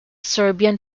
serbian